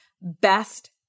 best